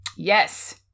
Yes